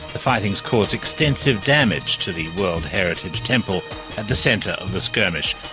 the fighting's caused extensive damage to the world heritage temple at the centre of the skirmish.